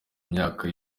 myaka